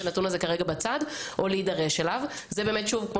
הנתון הזה בצד או להידרש אליו כבר עכשיו.